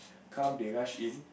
come they rush in